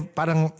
parang